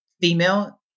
female